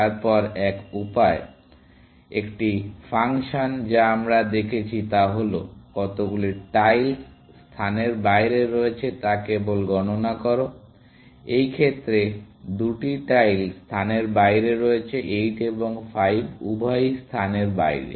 তারপর এক উপায় একটি ফাংশন যা আমরা দেখেছি তা হল কতগুলি টাইলস স্থানের বাইরে রয়েছে তা কেবল গণনা করো এই ক্ষেত্রে দুটি টাইল স্থানের বাইরে রয়েছে 8 এবং 5 উভয়ই স্থানের বাইরে